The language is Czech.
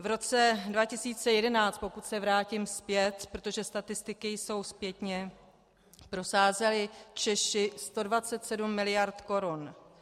V roce 2011, pokud se vrátím zpět, protože statistiky jsou zpětně, prosázeli Češi 127 miliard korun.